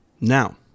Now